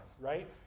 right